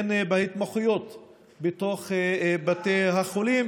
בהתמחויות בתוך בתי החולים,